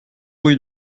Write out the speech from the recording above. rue